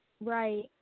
Right